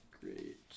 Great